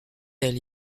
elle